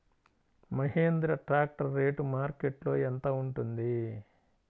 Mahindra tractor rate మార్కెట్లో యెంత ఉంటుంది?